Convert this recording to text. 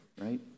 right